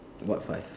what five